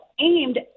aimed